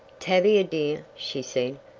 tavia dear, she said,